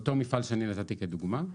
אותו מפעל שאני נתתי כדוגמה,